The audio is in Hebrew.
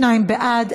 22 בעד,